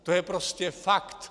To je prostě fakt.